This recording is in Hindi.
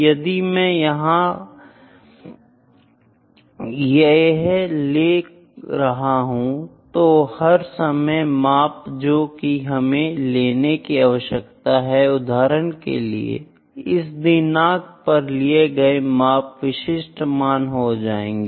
यदि मैं यहां यह ले रहा है तो हर समय माप जो कि हमें लेने की आवश्यकता है उदाहरण के लिए इस दिनांक पर लिए गए माप विशिष्ट मान हो सकते हैं